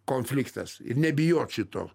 konfliktas ir nebijot šito